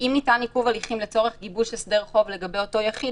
אם ניתן עיכוב הליכים לצורך גיבוש הסדר חוב לגבי אותו יחיד,